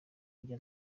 kujya